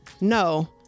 No